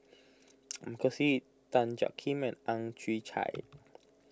Michael Seet Tan Jiak Kim and Ang Chwee Chai